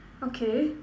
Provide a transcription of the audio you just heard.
okay